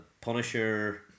Punisher